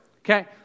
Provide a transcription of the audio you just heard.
Okay